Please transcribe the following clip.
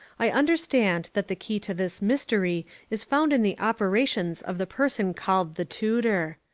i understand that the key to this mystery is found in the operations of the person called the tutor.